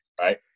right